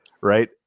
right